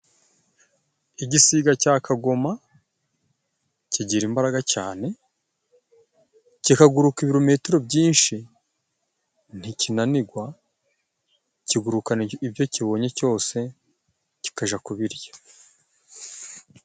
Igisiga cya kagoma kigira imbaraga cyane, kikaguruka ibirometero byinshi, ntikinanirwa, kigurukana ibyo kibonye byose kikajya kubirya.